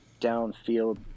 downfield